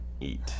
eat